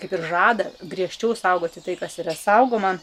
kaip ir žada griežčiau saugoti tai kas yra saugoma